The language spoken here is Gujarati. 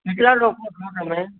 કેટલા લોકો છો તમે